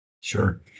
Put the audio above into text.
Sure